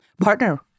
partner